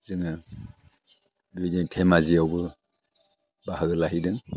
जोङो बेबादिनो धेमाजियावबो बाहागो लाहैदों